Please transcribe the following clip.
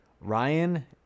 Ryan